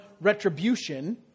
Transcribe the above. retribution